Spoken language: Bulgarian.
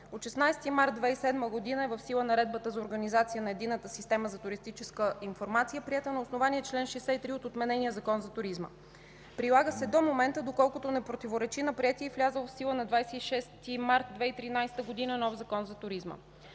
от 16 март 2007 г. е в сила Наредбата за организация на Единната система за туристическа информация, приета на основание чл. 63 от отменения Закон за туризма. Прилага се до момента, доколкото не противоречи на приетия и влязъл в сила на 26 март 2013 г. нов Закон за туризма.